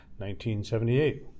1978